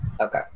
Okay